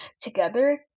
together